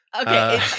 Okay